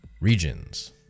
regions